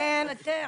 נכון,